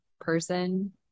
person